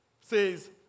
says